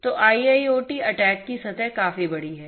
तो IIoTअटैक की सतह काफी बड़ी है